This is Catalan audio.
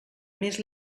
més